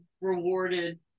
rewarded